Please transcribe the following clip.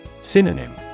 Synonym